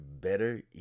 better